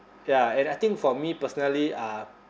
ya and I think for me personally uh